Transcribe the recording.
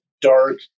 dark